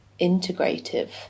integrative